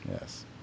Yes